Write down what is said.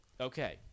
Okay